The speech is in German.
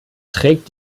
trägt